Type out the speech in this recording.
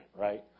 right